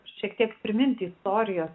šiek tiek priminti istorijos